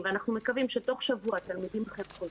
אנחנו מקווים שתוך שבוע התלמידים אכן חוזרים.